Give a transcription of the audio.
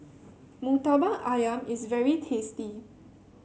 murtabak ayam is very tasty